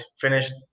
finished